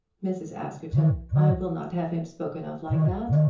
mrs. askerton, i will not have him spoken of like that.